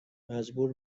مجبور